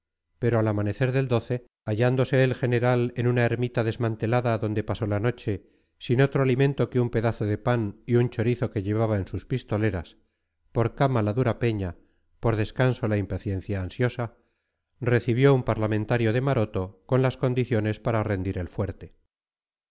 pero al amanecer del hallándose el general en una ermita desmantelada donde pasó la noche sin otro alimento que un pedazo de pan y un chorizo que llevaba en sus pistoleras por cama la dura peña por descanso la impaciencia ansiosa recibió un parlamentario de maroto con las condiciones para rendir el fuerte